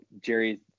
Jerry